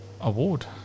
award